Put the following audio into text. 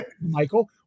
Michael